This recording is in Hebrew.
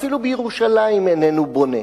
אפילו בירושלים איננו בונה.